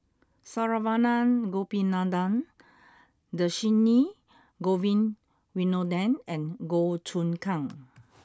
Saravanan Gopinathan Dhershini Govin Winodan and Goh Choon Kang